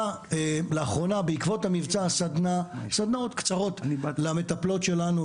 ולאחרונה בעקבות המבצע היא מעבירה סדנאות קצרות למטפלות שלנו,